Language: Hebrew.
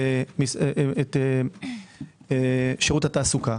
את שירות התעסוקה: